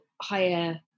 higher